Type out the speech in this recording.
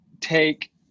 take